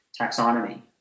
taxonomy